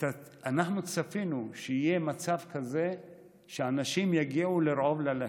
אנחנו צפינו שיהיה מצב כזה שאנשים יגיעו לרעוב ללחם.